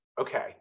Okay